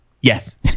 Yes